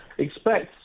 expect